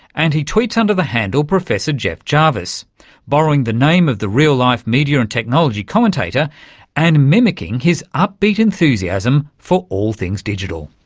and he tweets under the handle profjeffjarvis, borrowing the name of the real-life media and technology commentator and mimicking his up-beat enthusiasm for all things digital.